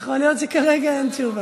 יכול להיות שכרגע אין תשובה.